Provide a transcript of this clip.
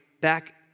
back